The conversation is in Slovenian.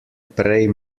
prej